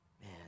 Man